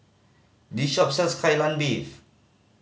this shop sells Kai Lan Beef